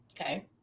Okay